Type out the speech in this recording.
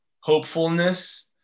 hopefulness